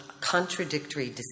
contradictory